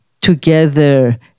together